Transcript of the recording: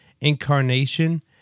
incarnation